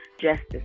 justice